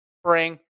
spring